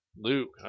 Luke